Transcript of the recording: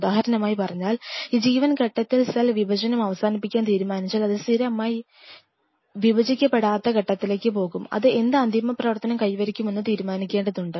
ഉദാഹരണമായി പറഞ്ഞാൽ ഈ G1 ഘട്ടത്തിൽ സെൽ വിഭജനം അവസാനിപ്പിക്കാൻ തീരുമാനിച്ചാൽ അത് സ്ഥിരമായി വിഭജിക്കപ്പെടാത്ത ഘട്ടത്തിലേക്ക് പോകും അത് എന്ത് അന്തിമ പ്രവർത്തനം കൈവരിക്കുമെന്ന് തീരുമാനിക്കേണ്ടതുണ്ട്